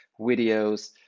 videos